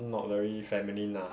not very feminine ah